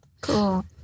Cool